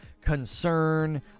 concern